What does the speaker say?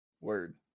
Word